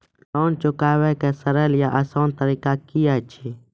Loan चुकाबै के सरल या आसान तरीका की अछि?